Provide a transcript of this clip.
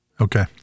Okay